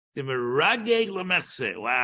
Wow